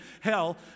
hell